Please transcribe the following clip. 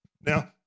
Now